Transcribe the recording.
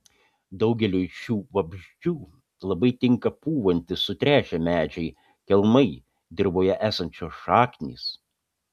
daugeliui šių vabzdžių labai tinka pūvantys sutrešę medžiai kelmai dirvoje esančios šaknys